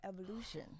evolution